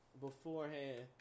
beforehand